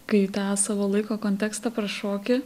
kai tą savo laiko kontekstą prašoki